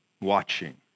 watching